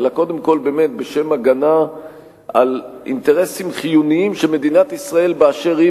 אלא קודם כול בשם הגנה על אינטרסים חיוניים של מדינת ישראל באשר היא,